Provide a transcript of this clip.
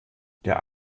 der